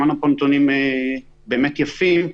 שמענו פה נתונים באמת יפים,